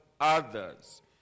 others